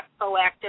proactive